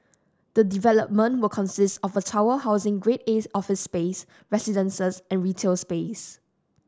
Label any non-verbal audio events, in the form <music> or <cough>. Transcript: the development will consist of a tower housing Grade A <unintelligible> office space residences and retail space